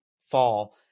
fall